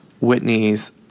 whitney's